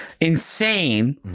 insane